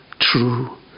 true